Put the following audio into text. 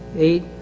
eight.